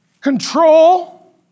control